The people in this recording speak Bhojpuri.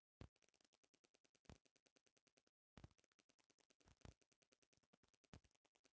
मधुमखी के छत्ता से कवनो छेड़छाड़ कईला पर इ बहुते गुस्सिया के काटेली सन